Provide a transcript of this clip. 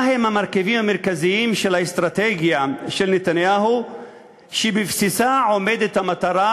מה הם המרכיבים המרכזיים של האסטרטגיה של נתניהו שבבסיסה עומדת המטרה